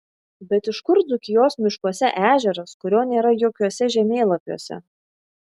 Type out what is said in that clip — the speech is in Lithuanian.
bet iš kur dzūkijos miškuose ežeras kurio nėra jokiuose žemėlapiuose